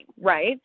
right